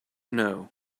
know